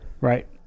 right